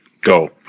Go